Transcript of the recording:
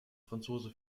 franzose